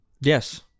yes